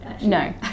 No